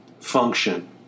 function